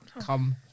come